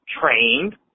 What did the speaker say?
trained